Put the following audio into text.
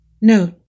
Note